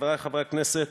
חברי חברי הכנסת,